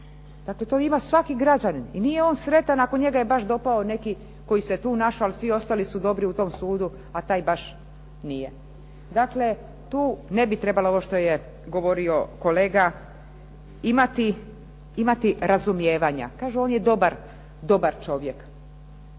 Dakle, to ima svaki građanin i nije on sretan ako njega je baš dopao neki koji se tu našao, ali svi ostali su dobri u tom sudu, a taj baš nije. Dakle, tu ne bi trebalo ovo što je govorio kolega imati razumijevanja. Kažu: "On je dobar čovjek",